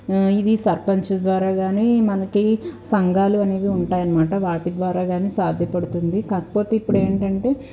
ఇది సర్పంచ్ ద్వారా కానీ మనకి సంఘాలు అనేవి ఉంటాయనమాట వాటి ద్వారా కానీ సాధ్యపడుతుంది కాకపోతే ఇప్పుడేంటంటే